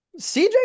CJ